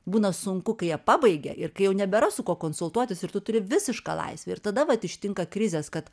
būna sunku kai jie pabaigia ir kai jau nebėra su kuo konsultuotis ir tu turi visišką laisvę ir tada vat ištinka krizės kad